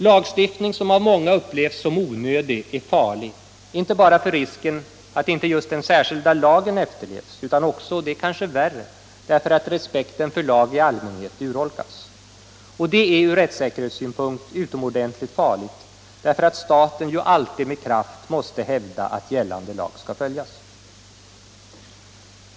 Lagstiftning som av många upplevs som onödig är farlig, inte bara för risken att inte just den särskilda lagen efterlevs utan också — och det kanske är värre — därför att respekten för lag i allmänhet urholkas. Och det är ur rättssäkerhetssynpunkt utomordentligt farligt, därför att staten ju alltid med kraft måste hävda att gällande lag skall följas.